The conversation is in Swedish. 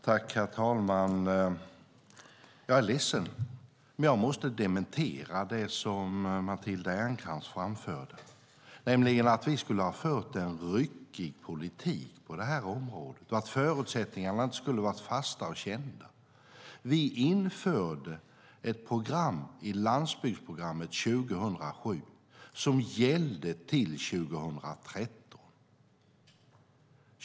Herr talman! Jag är ledsen, men jag måste dementera det Matilda Ernkrans framförde, nämligen att vi skulle ha fört en ryckig politik på detta område och att förutsättningarna inte skulle ha varit fasta och kända. Vi införde ett program i landsbygdsprogrammet 2007 som gällde till 2013.